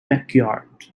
backyard